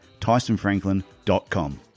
tysonfranklin.com